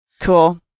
Cool